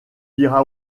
dira